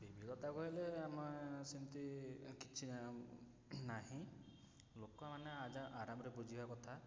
ବିଭିଧତା କହିଲେ ଆମେ ସେମିତି କିଛି ନାହିଁ ଲୋକମାନେ ଆରାମରେ ବୁଝିବା କଥା